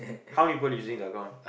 how many people using the account